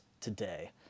today